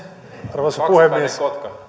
arvoisa puhemies